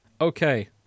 Okay